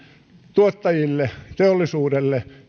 tuottajille teollisuudelle